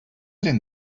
den